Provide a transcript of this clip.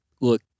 look